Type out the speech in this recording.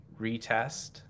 retest